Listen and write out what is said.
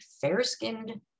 fair-skinned